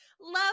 love